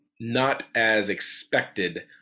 not-as-expected